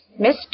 Mr